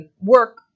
work